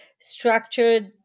structured